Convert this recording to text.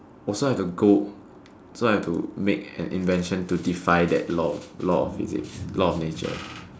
oh so I have to go so I have make an invention to defy that law law of physics law of nature